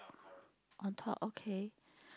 on top okay